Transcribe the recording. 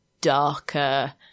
darker